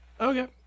Okay